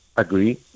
Agree